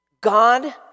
God